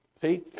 see